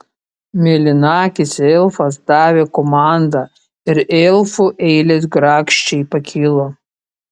mėlynakis elfas davė komandą ir elfų eilės grakščiai pakilo